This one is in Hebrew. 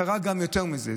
קרה גם יותר מזה.